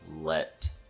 let